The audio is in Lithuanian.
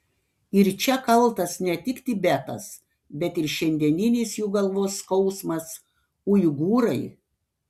ir čia kaltas ne tik tibetas bet ir šiandieninis jų galvos skausmas uigūrai